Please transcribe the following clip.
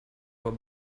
aber